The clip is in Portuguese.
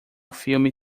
filme